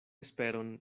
esperon